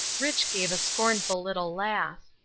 rich. gave a scornful little laugh.